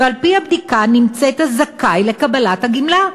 ועל-פי הבדיקה נמצאת זכאי לקבלת הגמלה.